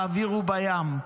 באוויר ובים,